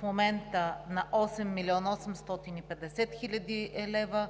в момента на 8 млн. 850 хил. лв.,